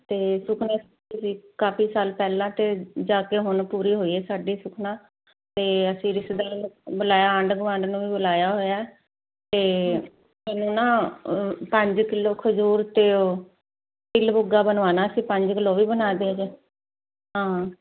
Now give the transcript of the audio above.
ਤੇ ਸੁਪਨੇ ਤੁਸੀਂ ਕਾਫੀ ਸਾਲ ਪਹਿਲਾਂ ਤੇ ਜਾ ਕੇ ਹੁਣ ਪੂਰੇ ਹੋਏ ਸਾਡੇ ਸੁਪਨਾ ਤੇ ਅਸੀਂ ਰਿਸ਼ਤੇਦਾਰ ਨੂੰ ਬੁਲਾਇਆ ਗੁਆਂਢ ਨੂੰ ਵੀ ਬੁਲਾਇਆ ਹੋਇਆ ਤੇ ਸਾਨੂੰ ਨਾ ਪੰਜ ਕਿਲੋ ਖਜੂਰ ਤੇ ਉਹ ਬਿੱਲ ਬੁੱਗਾ ਬਣਵਾਣਾ ਸੀ ਪੰਜ ਕਿਲੋ ਵੀ ਬਣਾ ਦੇ ਹਾਂ